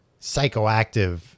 psychoactive